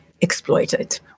exploited